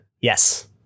Yes